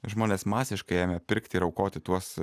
žmonės masiškai ėmė pirkti ir aukoti tuos